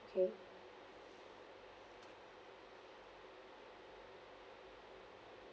okay